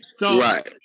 Right